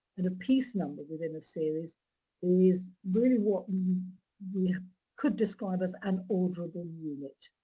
and a piece number within a series is really what we could describe as an orderable unit.